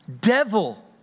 devil